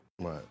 Right